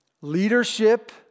Leadership